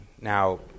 Now